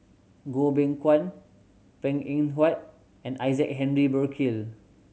Goh Beng Kwan Png Eng Huat and Isaac Henry Burkill